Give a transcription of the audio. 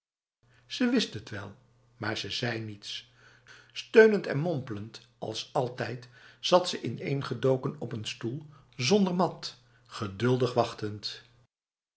zij wist het wel maar ze zei niets steunend en mompelend als altijd zat ze ineengedoken op een stoel zonder mat geduldig wachtend